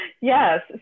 Yes